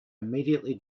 immediately